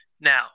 Now